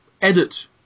edit